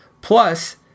plus